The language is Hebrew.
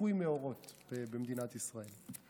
ליקוי מאורות במדינת ישראל.